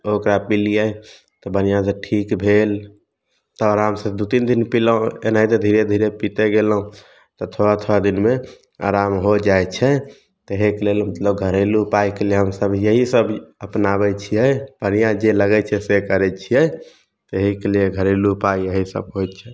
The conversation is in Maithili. ओकरा पिलिए तऽ बढ़िआँसे ठीक भेल तऽ आरामसे दुइ तीन दिन पिलहुँ एनाहिते धीरे धीरे पिते गेलहुँ तऽ थोड़ा थोड़ा दिनमे आराम हो जाइ छै ताहिके लेल मतलब घरेलुू उपायके लिए हमसभ इएहसब अपनाबै छिए बढ़िआँ जे लगै छै से करै छिए ताहिके लिए घरेलू उपाय इएहसब होइ छै